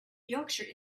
yorkshire